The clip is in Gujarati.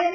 એન